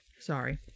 Sorry